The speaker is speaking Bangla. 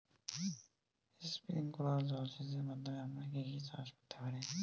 স্প্রিংকলার জলসেচের মাধ্যমে আমরা কি কি চাষ করতে পারি?